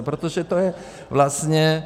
Protože to je vlastně...